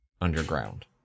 underground